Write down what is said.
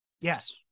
yes